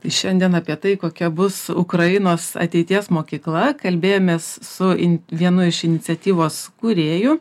šiandien apie tai kokia bus ukrainos ateities mokykla kalbėjomės su in vienu iš iniciatyvos kūrėjų